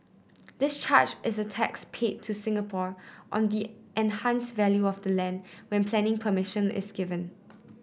this charge is a tax paid to Singapore on the enhanced value of the land when planning permission is given